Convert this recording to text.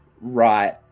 right